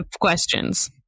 questions